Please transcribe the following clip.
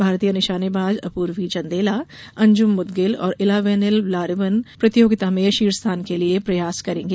भारतीय निशानेबाज अपूर्वी चंदेला अंजूम मौदगिल और इलावेनिल वलारिवन प्रतियोगिता में शीर्ष स्थान के लिये प्रयास करेंगे